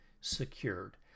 secured